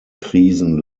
krisen